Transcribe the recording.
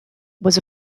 was